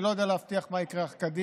אני לא יודע להבטיח מה יקרה קדימה,